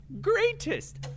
Greatest